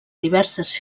diverses